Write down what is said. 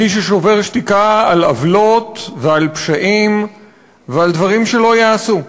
מי ששובר שתיקה על עוולות ועל פשעים ועל דברים שלא ייעשו.